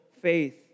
faith